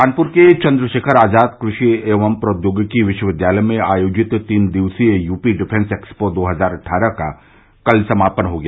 कानपुर के चन्द्रशेखर आजाद कृषि एवं प्रौद्योगिकी विश्वविद्यालय में आयोजित तीन दिवसीय यूपी डिफेंस एक्सपो दो हजार अट्ठारह का कल समापन हो गया